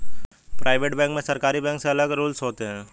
private bank में सरकारी bank से अलग रूल्स होते है